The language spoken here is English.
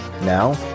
Now